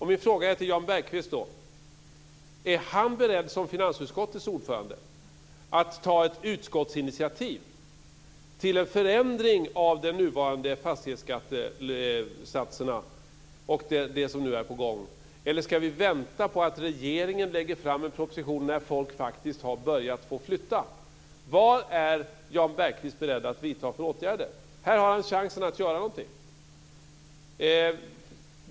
Min fråga till Jan Bergqvist är: Är Jan Bergqvist, som finansutskottets ordförande, beredd att ta ett utskottsinitiativ till en förändring av de nuvarande fastighetsskattesatserna och det som nu är på gång, eller ska vi vänta på att regeringen lägger fram en proposition när människor faktiskt har börjat flytta? Vilka åtgärder är Jan Bergqvist beredd att vidta? Här har han chansen att göra någonting.